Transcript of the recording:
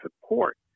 support